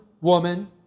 woman